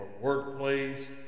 workplace